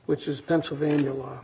which is pennsylvania law